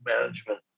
management